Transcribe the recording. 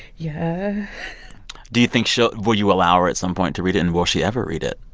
yeah do you think she'll will you allow her at some point to read it, and will she ever read it?